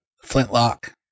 Flintlock